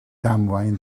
damwain